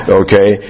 okay